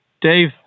Dave